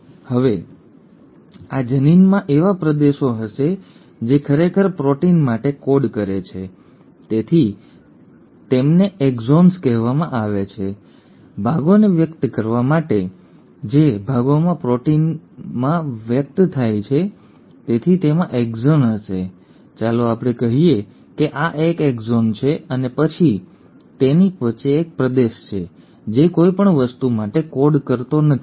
હવે આ જનીનમાં એવા પ્રદેશો હશે જે ખરેખર પ્રોટીન માટે કોડ કરે છે તેથી તેમને એક્ઝોન્સ કહેવામાં આવે છે ભાગોને વ્યક્ત કરવા માટે ઇ જે ભાગો પ્રોટીનમાં વ્યક્ત થાય છે તેથી તેમાં એક્ઝન હશે ચાલો આપણે કહીએ કે આ એક્ઝન 1 છે અને પછી તેની વચ્ચે એક પ્રદેશ છે જે કોઈ પણ વસ્તુ માટે કોડ કરતો નથી